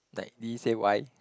like did he say why